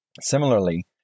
Similarly